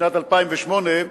בשנת 2008,